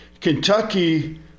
Kentucky